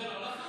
זה לא נכון.